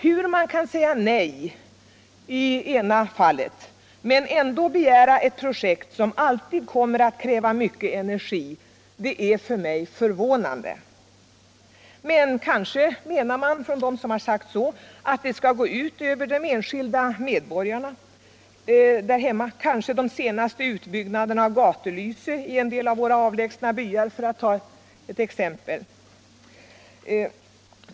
Hur man kan säga nej i ena fallet men ändå begära ett projekt som alltid kommer att kräva mycket energi är förvånande. Man kanske menar att det skall gå ut över de esnkilda medborgarna i vår kommun -— eller det kanske skall gå ut över de senaste utbyggnaderna av gatubelysning i en del av våra avlägsna byar, för att ta ett exempel.